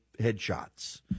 headshots